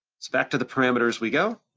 so back to the parameters we go,